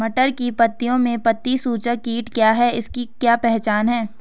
मटर की पत्तियों में पत्ती चूसक कीट क्या है इसकी क्या पहचान है?